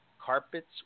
carpets